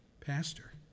pastor